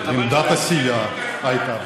עמדת הסיעה הייתה בעד.